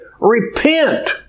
Repent